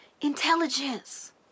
intelligence